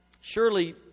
Surely